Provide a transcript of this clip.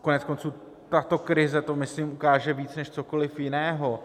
Koneckonců tato krize to, myslím, ukáže víc než cokoliv jiného.